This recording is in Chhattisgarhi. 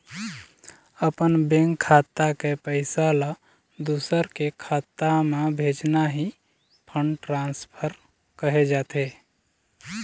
अपन बेंक खाता के पइसा ल दूसर के खाता म भेजना ही फंड ट्रांसफर कहे जाथे